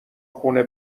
خونه